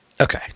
Okay